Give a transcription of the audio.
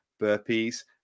burpees